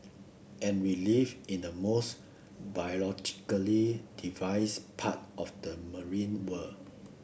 and we live in the most biologically diverse part of the marine world